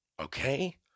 okay